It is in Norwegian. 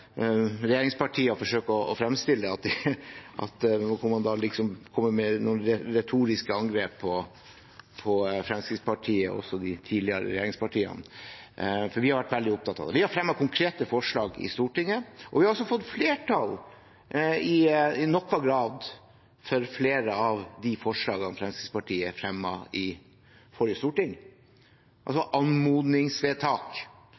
å fremstille det, der man kommer med noen retoriske angrep på Fremskrittspartiet og de tidligere regjeringspartiene, for vi har vært veldig opptatt av det. Vi har fremmet konkrete forslag i Stortinget, og vi i Fremskrittspartiet har også i noen grad fått flertall for flere av de forslagene vi fremmet i forrige storting